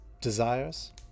desires